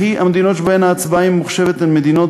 והמדינות שבהן ההצבעה היא ממוחשבת הן מדינות